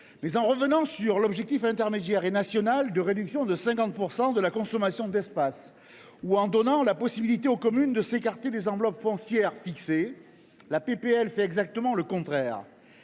en revenant sur l’objectif intermédiaire et national de réduction de 50 % de la consommation d’espaces ou en donnant la possibilité aux communes de s’écarter des enveloppes foncières fixées, la proposition de loi prévoit exactement le contraire